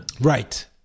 Right